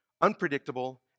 unpredictable